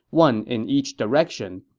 one in each direction,